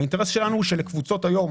האינטרס שלנו הוא שלקבוצות היום,